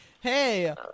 hey